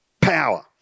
power